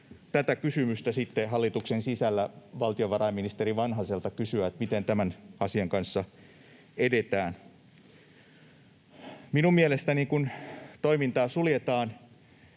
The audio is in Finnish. tätä kysymystä sitten hallituksen sisällä valtiovarainministeri Vanhaselta kysyä, miten tämän asian kanssa edetään. Minun mielestäni, kun toimintaa suljetaan,